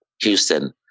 Houston